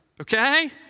Okay